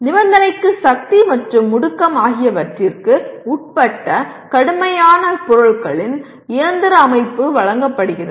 நிபந்தனைக்கு சக்தி மற்றும் முடுக்கம் ஆகியவற்றிற்கு உட்பட்ட கடுமையான பொருட்களின் இயந்திர அமைப்பு வழங்கப்படுகிறது